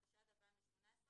התשע"ט 2018,